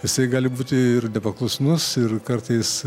jisai gali būti ir nepaklusnus ir kartais